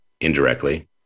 indirectly